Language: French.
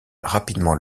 rapidement